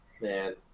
Man